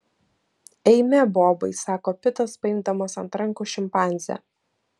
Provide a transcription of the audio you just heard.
eime bobai sako pitas paimdamas ant rankų šimpanzę